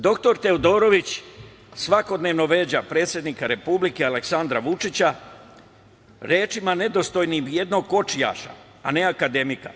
Doktor Teodorović svakodnevno vređa predsednika Republike, Aleksandra Vučića, rečima nedostojnim jednog kočijaša, a ne akademika.